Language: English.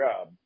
job